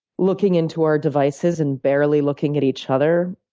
looking into our devices and barely looking at each other,